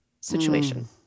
situation